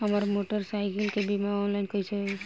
हमार मोटर साईकीलके बीमा ऑनलाइन कैसे होई?